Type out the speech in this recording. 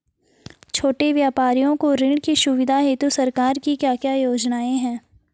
छोटे व्यापारियों को ऋण की सुविधा हेतु सरकार की क्या क्या योजनाएँ हैं?